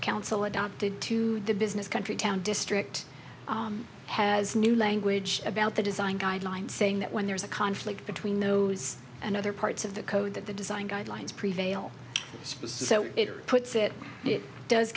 council adopted to the business country town district has new language about the design guidelines saying that when there's a conflict between those and other parts of the code that the design guidelines prevail specific it puts it it does